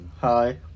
Hi